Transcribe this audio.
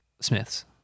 Smith's